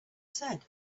said